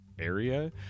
area